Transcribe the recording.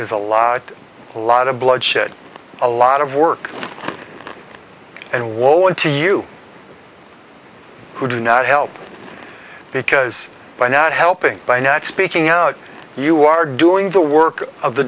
is a lot a lot of bloodshed a lot of work and woe unto you who do not help because by now helping by nat speaking out you are doing the work of the